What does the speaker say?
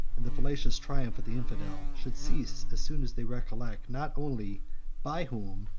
and the fallacious triumph of the infidel, should cease as soon as they recollect not only by whom,